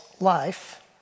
life